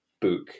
book